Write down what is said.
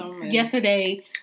yesterday